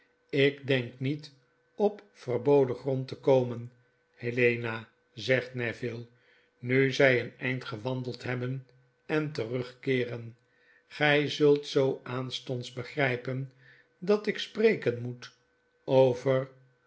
ik denk niet op verboden grond te komen helena zegt neville nu zij een eind gewandeld hebben en terugkeeren gy zultzooaanstonds begrypen dat ik spreken moet over